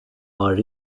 are